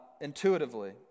intuitively